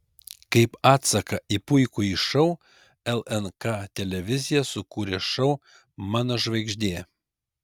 kaip atsaką į puikųjį šou lnk televizija sukūrė šou mano žvaigždė